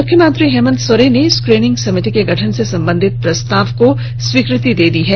मुख्यमंत्री हेमन्त सोरेन ने स्क्रीनिंग समिति के गठन से संबंधित प्रस्ताव को स्वीकृति प्रदान कर दी है